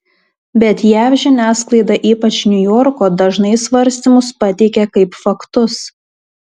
bet jav žiniasklaida ypač niujorko dažnai svarstymus pateikia kaip faktus